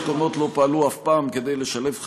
קודמות לא פעלו אף פעם כדי לשלב חרדים,